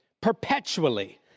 perpetually